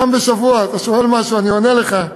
פעם בשבוע אתה שואל משהו ואני עונה לך,